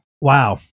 Wow